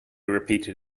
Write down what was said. repeated